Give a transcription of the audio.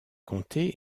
comté